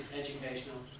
educational